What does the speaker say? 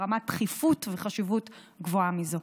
ברמת דחיפות וחשיבות גבוהה מזו.